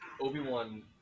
Obi-Wan